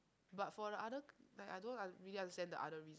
but for the other like I I don't really understand the other reason